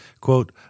quote